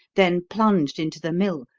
then plunged into the mill,